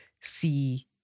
See